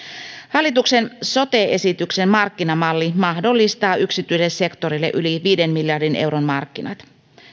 hallituksen sote esityksen markkinamalli mahdollistaa yksityiselle sektorille yli viiden miljardin euron markkinat